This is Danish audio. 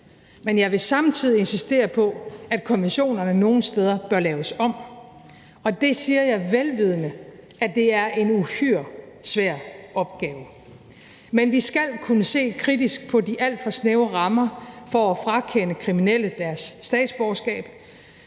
men jeg vil samtidig insistere på, at konventionerne nogle steder bør laves om. Det siger jeg, vel vidende at det er en uhyre svær opgave. Men vi skal kunne se kritisk på de alt for snævre rammer for at kunne frakende kriminelle deres statsborgerskab,